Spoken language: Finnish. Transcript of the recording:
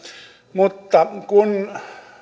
mutta kun